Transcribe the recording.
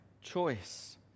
choice